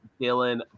Dylan